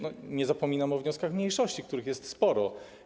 Nie zapominam o wnioskach mniejszości, których jest sporo.